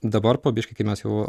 dabar po biškį kai mes jau